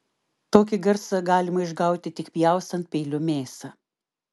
tokį garsą galima išgauti tik pjaustant peiliu mėsą